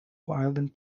island